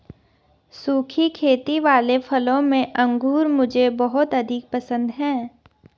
सुखी खेती वाले फलों में अंगूर मुझे सबसे अधिक पसंद है